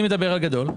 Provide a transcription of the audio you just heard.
אני מדבר על בנק גדול.